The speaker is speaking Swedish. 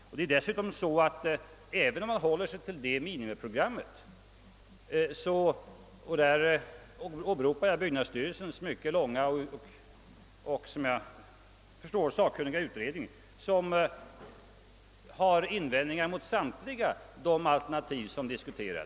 Och även om man håller sig till detta minimiprogram, så görs det i byggnadsstyrelsens mycket långa och, som jag förstår, sakkunniga utredning invändningar mot samtliga de alternativ som diskuterats.